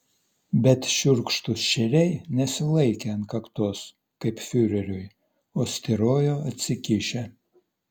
bet šiurkštūs šeriai nesilaikė ant kaktos kaip fiureriui o styrojo atsikišę